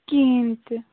کِہیٖنۍ تہِ